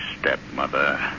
stepmother